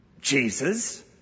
Jesus